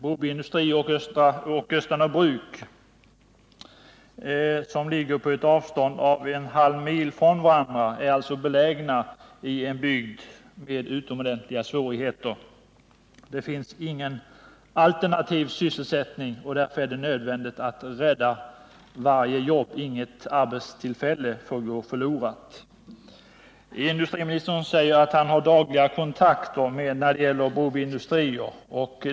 Broby Industrier och Östanå bruk, som ligger på ett avstånd av en halv mil från varandra, är belägna i en bygd med utomordentliga svårigheter. Det finns ingen alternativ sysselsättning, och därför är det nödvändigt att rädda varje jobb, inget arbetstillfälle får gå förlorat. Industriministern säger att han har dagliga kontakter när det gäller Broby Industrier.